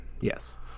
Yes